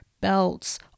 belts